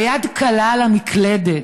היד קלה על המקלדת.